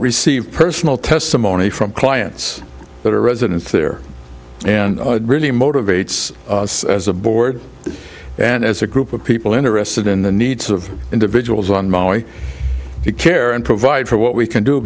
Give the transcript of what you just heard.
receive personal testimony from clients that are residents there and really motivates us as a board and as a group of people interested in the needs of individuals on my care and provide for what we can do